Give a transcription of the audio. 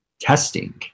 testing